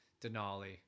Denali